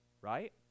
right